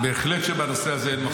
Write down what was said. בהחלט בנושא הזה אין מחלוקת.